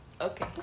okay